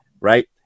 right